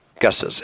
guesses